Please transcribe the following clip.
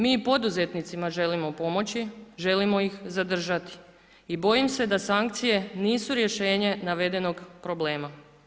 Mi i poduzetnicima želimo pomoći, želimo ih zadržati i bojim se da sankcije nisu rješenje navedenog problema.